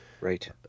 Right